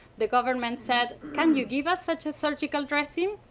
the government said can you give us such a surgical dressing,